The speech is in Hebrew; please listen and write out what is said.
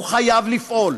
הוא חייב לפעול.